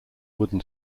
wooden